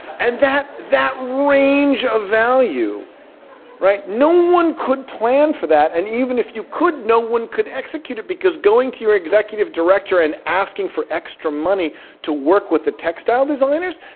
and that that range of value no one could plan for that, and even if you could, no one could execute it because going to your executive director and asking for extra money to work with the textile designers?